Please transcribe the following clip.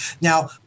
Now